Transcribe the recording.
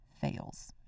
fails